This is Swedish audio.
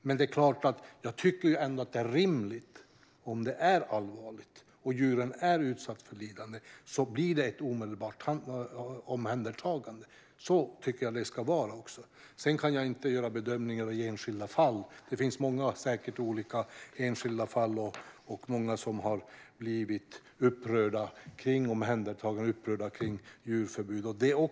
Men jag tycker ändå att det är rimligt om det är allvarligt och djuren är utsätta för lidande att det blir ett omedelbart omhändertagande. Så tycker jag att det ska vara. Sedan kan jag inte göra bedömningar i enskilda fall. Det finns säkert många olika enskilda fall och många som har blivit upprörda när det gäller omhändertaganden och djurförbud.